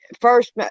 first